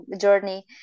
journey